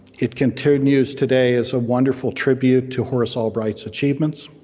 it continues today as a wonderful tribute to horace albright's achievements.